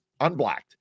unblocked